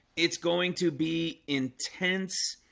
it's going to be intense